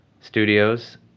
studios